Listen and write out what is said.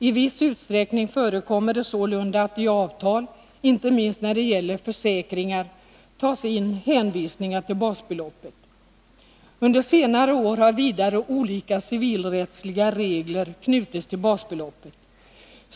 I viss utsträckning förekommer det sålunda att i avtal, inte minst när det gäller försäkringar, tas in hänvisningar till basbeloppet. Under senare år har vidare olika civilrättsliga regler knutits till basbeloppet.